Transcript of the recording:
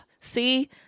See